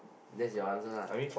that's your answer